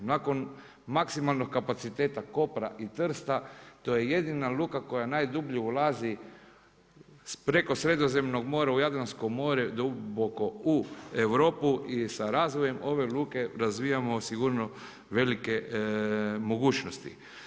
Nakon maksimalnog kapaciteta Kopra i Trsta to je jedina luka koja najdublje ulazi preko Sredozemnog mora u Jadransko more duboko u Europu i sa razvojem ove luke razvijamo sigurno velike mogućnosti.